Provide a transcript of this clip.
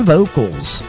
Vocals